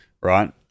right